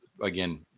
again